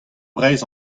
breizh